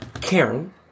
Karen